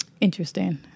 Interesting